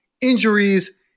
injuries